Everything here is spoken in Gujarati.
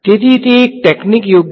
તેથી તે એક ટેકનીક યોગ્ય છે